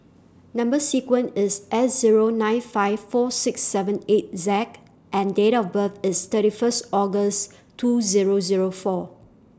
Number sequence IS S Zero nine five four six seven eight Z and Date of birth IS thirty one August two Zero Zero four